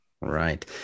right